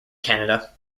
canada